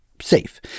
safe